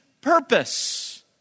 purpose